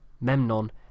Memnon